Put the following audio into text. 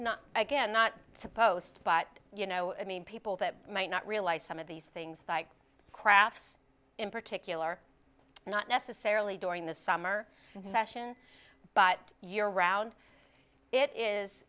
not again not to post but you know i mean people that might not realize some of these things like crafts in particular not necessarily during the summer session but year round it is